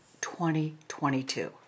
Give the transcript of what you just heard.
2022